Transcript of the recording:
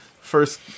first